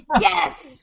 Yes